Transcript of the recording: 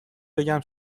بگم